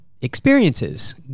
experiences